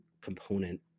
component